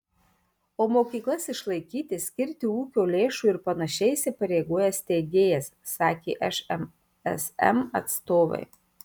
o mokyklas išlaikyti skirti ūkio lėšų ir panašiai įsipareigoja steigėjas sakė šmsm atstovai